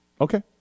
okay